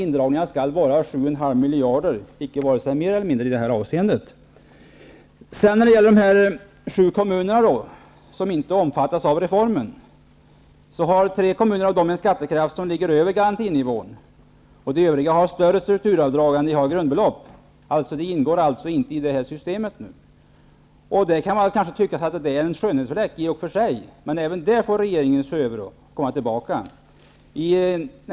Indragningen skall vara 7,5 miljarder -- varken mer eller mindre i det här avseendet. Det finns sju kommuner som inte omfattas av reformen. Tre av dessa kommuner har en skattekraft som ligger över garantinivån, medan de övriga kommunera har större strukturavdrag än grundbelopp. De ingår inte i det här systemet. Man kan tycka att det i och för sig är en skönhetsfläck. Men även detta får regeringen se över och återkomma till.